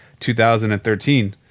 2013